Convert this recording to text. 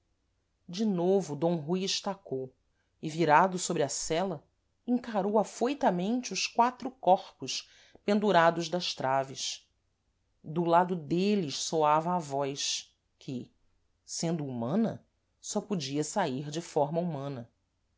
de novo d rui estacou e virado sôbre a sela encarou afoitamente os quatro corpos pendurados das traves do lado dêles soava a voz que sendo humana só podia saír de forma humana